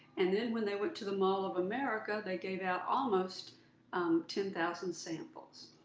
and then when they went to the mall of america, they gave out almost um ten thousand samples.